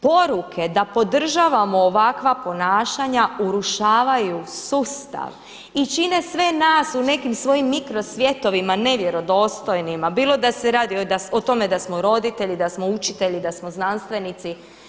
Poruke da podržavamo ovakva ponašanja urušavaju sustav i čine sve nas u nekim svojim mikrosvjetovima nevjerodostojnima bilo da se radi o tome da smo roditelji, da smo učitelji, da smo znanstvenici.